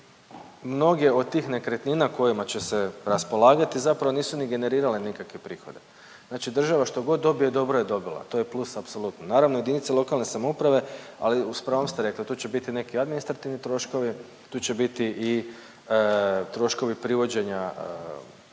mnoge od tih nekretnina kojima će se raspolagati zapravo nisu ni generirale nikakve prihode. Znači država što god dobije, dobro je dobila. To je plus apsolutno. Naravno jedinice lokalne samouprave ali s pravom ste rekli tu će biti neki administrativni troškovi, tu će biti i troškovi privođenja